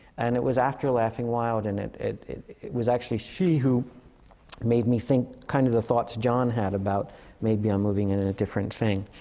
and it was after laughing wild. and it it it was actually she who made me think kind of the thoughts john had, about maybe i'm moving and ah different thing.